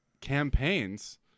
campaigns